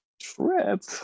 trip